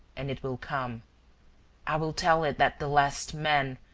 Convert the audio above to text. and it will come i will tell it that the last man,